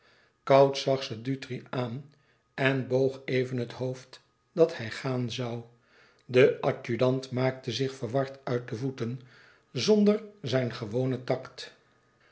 koud zag ze dutri aan en boog even het hoofd dat hij gaan zoû de adjudant maakte zich verward uit de voeten zonder zijn gewonen tact